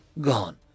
gone